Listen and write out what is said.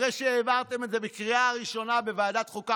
אחרי שהעברתם את זה בקריאה ראשונה בוועדת החוקה,